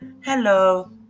hello